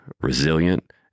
resilient